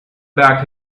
back